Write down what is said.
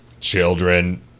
Children